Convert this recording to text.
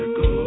go